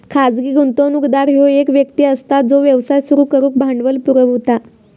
खाजगी गुंतवणूकदार ह्यो एक व्यक्ती असता जो व्यवसाय सुरू करुक भांडवल पुरवता